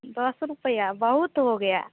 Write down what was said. दस रुपये बहुत हो गया